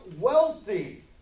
wealthy